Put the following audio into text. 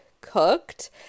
cooked